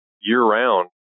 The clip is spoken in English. year-round